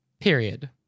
period